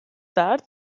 tard